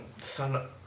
Son